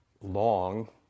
long